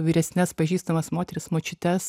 vyresnes pažįstamas moteris močiutes